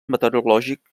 meteorològic